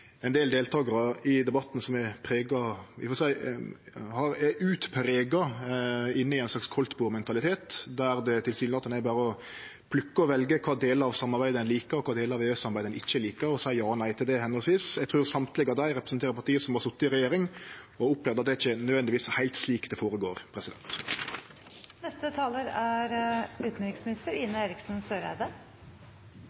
ein del deltakarar i debatten som er prega av ein slags kaldtbordmentalitet, der det tilsynelatande berre er å plukke og velje kva delar av EØS-samarbeidet ein liker, og kva delar ein ikkje liker, og seie høvesvis ja og nei til det. Eg trur alle som representerer eit parti som har sete i regjering, har opplevd at det ikkje nødvendigvis er heilt slik det går føre seg. Rettsstatsutfordringene i enkelte EU-land er